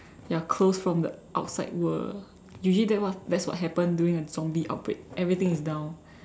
ya close from the outside world usually that's what that's what happened during a zombie outbreak everything is down